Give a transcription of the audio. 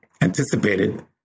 anticipated